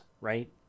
right